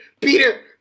Peter